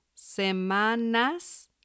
semanas